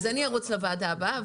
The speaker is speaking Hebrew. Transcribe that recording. אז אני ארוץ לוועדה הבאה.